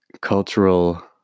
cultural